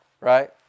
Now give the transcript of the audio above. right